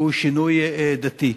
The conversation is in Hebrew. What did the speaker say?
הוא שינוי דתי.